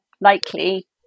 likely